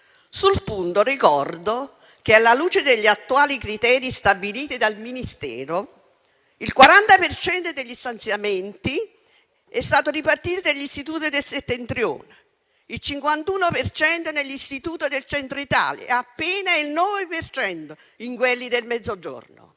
Sul punto ricordo che, alla luce degli attuali criteri stabiliti dal Ministero, il 40 per cento degli stanziamenti è stato ripartito tra gli istituti del Settentrione, il 51 per cento tre gli istituti del Centro Italia e appena il 9 per cento tra quelli del Mezzogiorno.